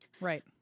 Right